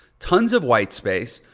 tons of white space.